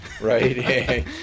right